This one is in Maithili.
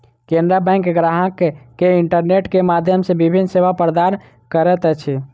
केनरा बैंक ग्राहक के इंटरनेट के माध्यम सॅ विभिन्न सेवा प्रदान करैत अछि